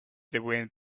blows